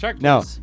No